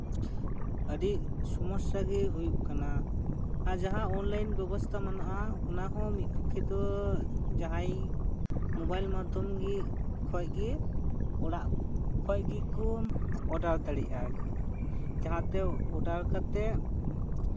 ᱟᱹᱰᱤ ᱥᱚᱢᱚᱥᱥᱟ ᱜᱮ ᱦᱩᱭᱩᱜ ᱠᱟᱱᱟ ᱟᱨ ᱡᱟᱦᱟᱸ ᱚᱱᱞᱟᱭᱤᱱ ᱵᱮᱵᱚᱥᱛᱟ ᱢᱮᱱᱟᱜᱼᱟ ᱚᱱᱟ ᱦᱚᱸ ᱢᱤᱫ ᱯᱚᱠᱠᱷᱮ ᱫᱚ ᱡᱟᱦᱟᱸᱭ ᱢᱳᱵᱟᱭᱤᱞ ᱢᱟᱫᱽᱫᱷᱚᱢ ᱠᱷᱚᱡ ᱜᱮ ᱚᱲᱟᱜ ᱠᱷᱚᱱ ᱜᱮᱠᱚ ᱚᱰᱟᱨ ᱫᱟᱲᱮᱭᱟᱜᱼᱟ ᱡᱟᱦᱟᱸᱛᱮ ᱚᱰᱟᱨ ᱠᱟᱛᱮ